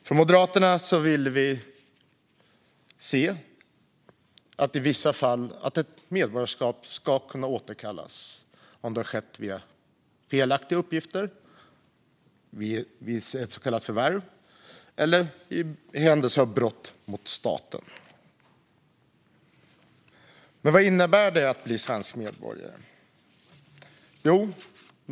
Från Moderaternas sida vill vi se att ett medborgarskap i vissa fall ska kunna återkallas, till exempel om det beviljats genom felaktiga uppgifter - genom ett så kallat förvärv - eller i händelse av brott mot staten. Vad innebär det att bli svensk medborgare?